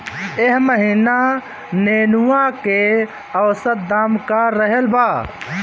एह महीना नेनुआ के औसत दाम का रहल बा?